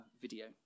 video